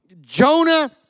Jonah